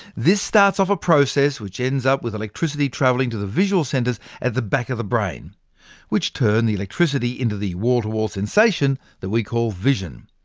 this starts off a process, which ends with electricity travelling to the visual centres at the back of the brain which turn the electricity into the wall-to-wall sensation that we call vision.